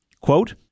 Quote